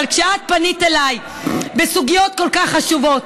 אבל כשאת פנית אליי בסוגיות כל כך חשובות,